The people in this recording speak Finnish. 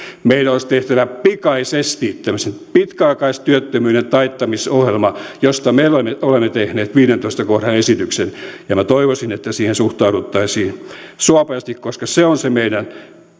meidän olisi tehtävä pikaisesti tämmöinen pitkäaikaistyöttömyyden taittamisohjelma josta me olemme tehneet viidennentoista kohdan esityksen ja toivoisin että siihen suhtauduttaisiin suopeasti koska se on se meidän